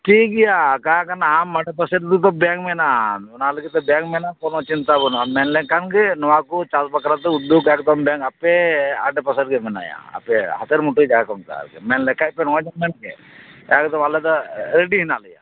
ᱴᱷᱤᱠ ᱜᱮᱭᱟᱪᱮᱠᱟ ᱟᱠᱟᱱᱟ ᱟᱢ ᱟᱰᱮ ᱯᱟᱥᱮᱨᱮᱫᱚ ᱵᱮᱝ ᱢᱮᱱᱟᱜᱼᱟ ᱚᱱᱟ ᱞᱟᱹᱜᱤᱫ ᱫᱚ ᱵᱮᱝ ᱢᱮᱱᱟᱜᱼᱟ ᱠᱚᱱᱳ ᱪᱤᱱᱛᱟ ᱵᱟᱱᱩᱜᱼᱟ ᱢᱮᱱ ᱞᱮᱠᱷᱟᱱ ᱜᱮ ᱱᱚᱣᱟ ᱠᱚ ᱪᱟᱥ ᱵᱟᱠᱷᱨᱟ ᱫᱚ ᱩᱫᱫᱚᱜ ᱮᱠᱫᱚᱢ ᱟᱯᱮ ᱟᱰᱮ ᱯᱟᱥᱮᱨᱮᱜᱮ ᱢᱮᱱᱟᱭᱟ ᱟᱯᱮ ᱦᱟᱛᱮᱨ ᱢᱩᱴᱷᱳ ᱡᱟᱦᱟ ᱠᱚ ᱢᱮᱛᱟᱜᱼᱟ ᱢᱮᱱ ᱞᱮᱠᱷᱟᱡ ᱱᱚᱣᱟ ᱜᱮ ᱢᱮᱱ ᱯᱮ ᱮᱠᱫᱚᱢ ᱟᱞᱮ ᱫᱚ ᱨᱮᱰᱤ ᱦᱮᱱᱟᱜ ᱞᱮᱭᱟ